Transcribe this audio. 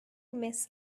miss